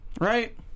right